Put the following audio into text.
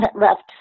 left